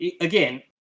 again